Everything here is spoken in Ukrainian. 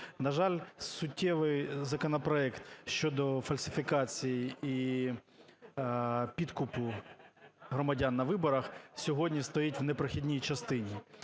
На жаль, суттєвий законопроект щодо фальсифікацій і підкупу громадян на виборах сьогодні стоїть в непрохідній частині.